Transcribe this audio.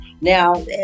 now